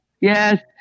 Yes